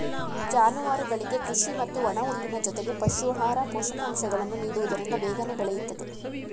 ಜಾನುವಾರುಗಳಿಗೆ ಕೃಷಿ ಮತ್ತು ಒಣಹುಲ್ಲಿನ ಜೊತೆಗೆ ಪಶು ಆಹಾರ, ಪೋಷಕಾಂಶಗಳನ್ನು ನೀಡುವುದರಿಂದ ಬೇಗನೆ ಬೆಳೆಯುತ್ತದೆ